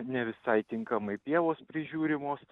ne visai tinkamai pievos prižiūrimos